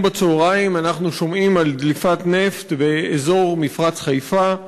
היום בצהריים אנחנו שומעים על דליפת נפט באזור מפרץ חיפה.